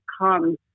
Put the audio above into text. come